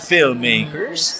Filmmakers